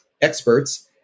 experts